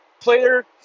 Player